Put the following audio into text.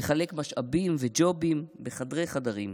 לחלק משאבים וג'ובים בחדרי-חדרים.